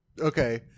Okay